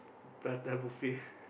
prata buffet